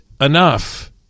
enough